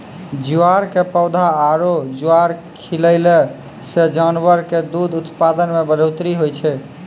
ज्वार के पौधा आरो ज्वार खिलैला सॅ जानवर के दूध उत्पादन मॅ बढ़ोतरी होय छै